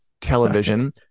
television